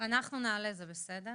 פשוט